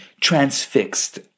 transfixed